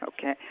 Okay